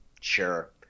sure